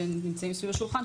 שנמצאים סביב השולחן,